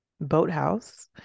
boathouse